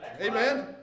Amen